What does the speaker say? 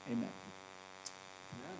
Amen